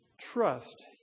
Trust